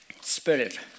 spirit